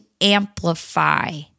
amplify